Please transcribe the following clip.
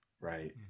Right